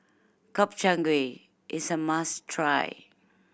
Gobchang Gui is a must try